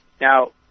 Now